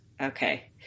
Okay